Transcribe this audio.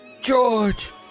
George